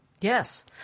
Yes